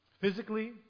Physically